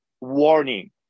warning